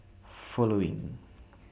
following